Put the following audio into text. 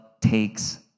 takes